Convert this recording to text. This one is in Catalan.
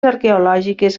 arqueològiques